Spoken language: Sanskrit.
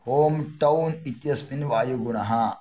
होम् टौन् इत्यस्मिन् वायुगुणः